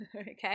okay